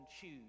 choose